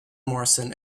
morrison